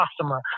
customer